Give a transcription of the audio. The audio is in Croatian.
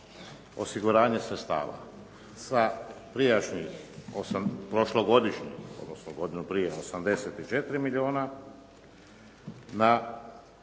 osiguranje sredstava sa prošlogodišnjih, odnosno godinu prije 84 milijuna na